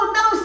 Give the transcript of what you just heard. no